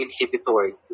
inhibitory